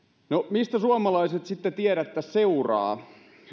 mistä suomalaiset sitten tiedettä seuraavat